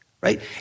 right